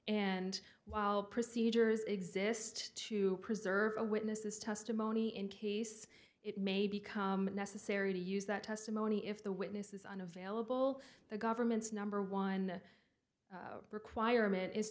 and while procedures exist to preserve a witness's testimony in case it may become necessary to use that testimony if the witness is unavailable the government's number one requirement is